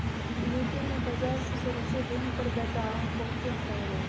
UK में बाजार से सुरक्षित ऋण प्रदाताओं को क्यों हटाया गया?